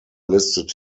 listed